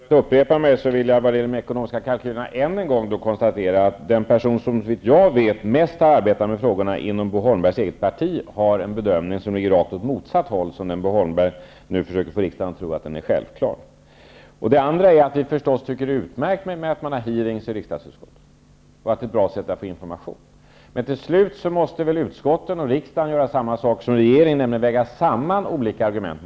Herr talman! Med risk för att upprepa mig vill jag vad gäller de ekonomiska kalkylerna än en gång konstatera att den person som såvitt jag vet mest har arbetat med dessa frågor inom Bo Holmbergs eget parti gör en bedömning som ligger åt rakt motsatt håll mot den som Bo Holmberg försöker få riksdagen att tro är självklar. Vi tycker förstås det är utmärkt med hearings i riksdagsutskotten. Det är ett bra sätt att få information. Men till slut måste utskotten och riksdagen göra samma sak som regeringen, nämligen väga samman olika argument.